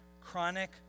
chronic